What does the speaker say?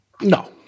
No